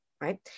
right